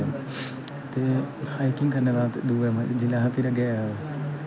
मजा आंदा ते हाइकिंग करने दा दूए जिह्लै फिर केह् होआ